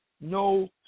no